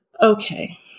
Okay